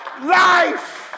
life